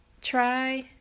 Try